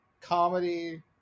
comedy